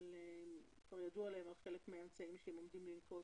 אולי ידוע להם חלק מהאמצעים בהם הם עומדים לנקוט.